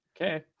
Okay